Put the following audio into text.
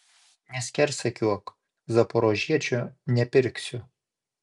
neskersakiuok zaporožiečio nepirksiu